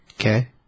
Okay